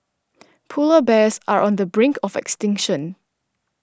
Polar Bears are on the brink of extinction